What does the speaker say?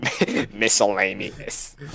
Miscellaneous